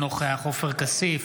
אינו נוכח עופר כסיף,